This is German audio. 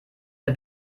der